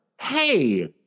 Hey